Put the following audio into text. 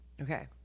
Okay